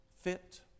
fit